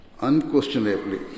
unquestionably